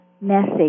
message